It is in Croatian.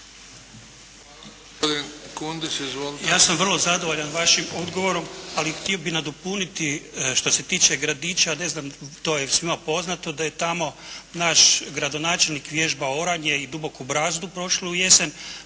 Ja sam vrlo zadovoljan vašim odgovorom ali htio bih nadopuniti, što se tiče Gradića, ne znam, to je svima poznato da je naš gradonačelnik vježbao oranje i duboku brazdu prošlu jesen,